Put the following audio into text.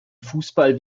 fußball